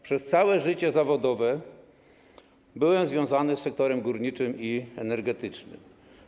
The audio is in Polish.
Przez całe życie zawodowe byłem związany z sektorem górniczym i energetycznym.